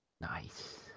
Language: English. nice